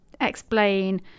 explain